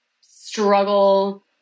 struggle